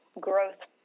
growth